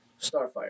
Starfire